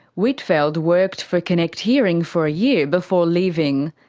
whitfeld worked for connect hearing for a year before leaving.